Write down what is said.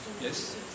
Yes